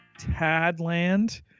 Tadland